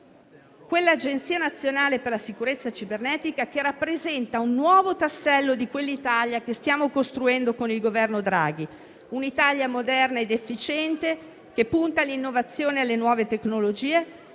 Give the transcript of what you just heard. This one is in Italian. come l'Agenzia nazionale per la sicurezza cibernetica, che rappresenta un nuovo tassello di quell'Italia che stiamo costruendo con il Governo Draghi, moderna ed efficiente, che punta all'innovazione e alle nuove tecnologie,